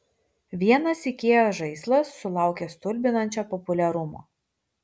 vienas ikea žaislas sulaukė stulbinančio populiarumo